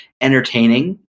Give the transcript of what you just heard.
entertaining